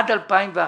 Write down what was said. עד 2011,